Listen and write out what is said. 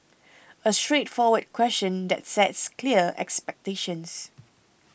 a straightforward question that sets clear expectations